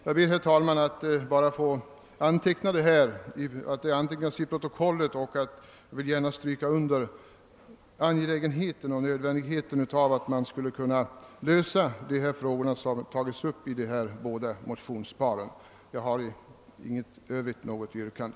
Jag ber, herr talman, att få detta antecknat till protokollet. Jag vill gärna understryka angelägenheten av en lösning av de frågor som tagits upp i dessa båda motionspar. Jag har i övrigt intet yrkande.